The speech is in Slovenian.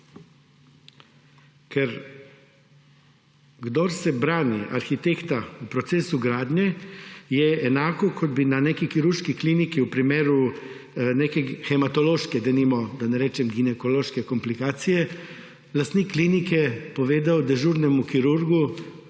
Ker kdor se brani arhitekta v procesu gradnje je enako, kot bi na neki kirurški kliniki v primeru neke hematološke denimo, da ne rečem ginekološke, komplikacije lastnik klinike povedal dežurnemu kirurgu